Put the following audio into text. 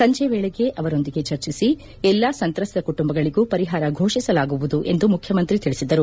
ಸಂಜೆ ವೇಳೆಗೆ ಅಧಿಕಾರಿಗಳೊಂದಿಗೆ ಚರ್ಚಿಸಿ ಎಲ್ಲಾ ಸಂತ್ರಸ್ತ ಕುಟುಂಬಗಳಿಗೂ ಪರಿಹಾರ ಫೋಷಿಸಲಾಗುವುದು ಎಂದು ತಿಳಿಸಿದರು